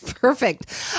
Perfect